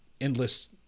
endless